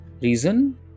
Reason